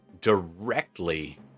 directly